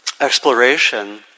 exploration